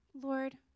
Lord